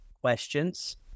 questions